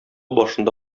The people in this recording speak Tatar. башында